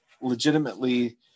legitimately